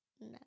No